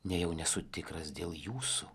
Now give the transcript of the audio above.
nejau nesu tikras dėl jūsų